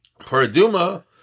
Paraduma